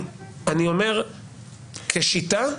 אני אומר, כשיטה,